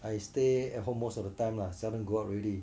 I stay at home most of the time lah seldom go out already